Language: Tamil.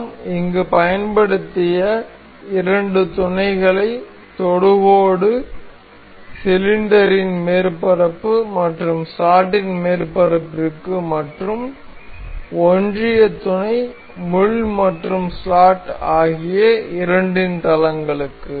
நாம் இங்கு பயன்படுத்திய இரண்டு துணைகள் தொடுகோடு சிலிண்டரின் மேற்பரப்பு மற்றும் ஸ்லாட்டின் மேற்பரப்பிற்க்கு மற்றும் ஒன்றிய துணை முள் மற்றும் ஸ்லாட் ஆகிய இரண்டின் தளங்களுக்கு